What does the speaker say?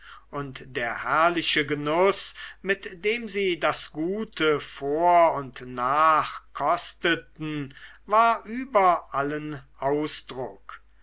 und der herrliche genuß mit dem sie das gute vor und nach kosteten war über allen ausdruck